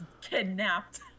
kidnapped